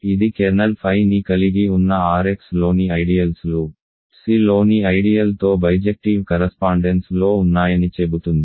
ఇది కెర్నల్ phiని కలిగి ఉన్న R xలోని ఐడియల్స్ లు Cలోని ఐడియల్ తో బైజెక్టివ్ కరస్పాండెన్స్ లో ఉన్నాయని చెబుతుంది